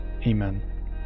Amen